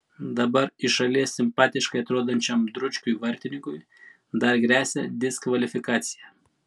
dabar iš šalies simpatiškai atrodančiam dručkiui vartininkui dar gresia diskvalifikacija